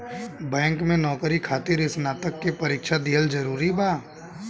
Bank में नौकरी खातिर स्नातक के परीक्षा दिहल जरूरी बा?